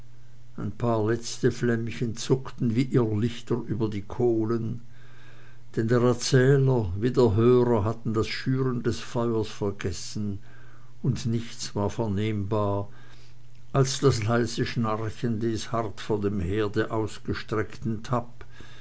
ein paar letzte flämmchen zuckten wie irrlichter über die kohlen denn der erzähler wie der hörer hatten das schüren des feuers vergessen und nichts war vernehmbar als das leise schnarchen des hart vor dem herde ausgestreckten